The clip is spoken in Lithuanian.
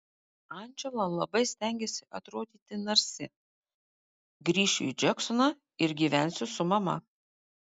andžela labai stengiasi atrodyti narsi grįšiu į džeksoną ir gyvensiu su mama